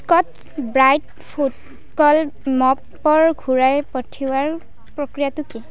Scotch Brite ফুটকল ঘূৰাই পঠিওৱাৰ প্ৰক্ৰিয়াটো কি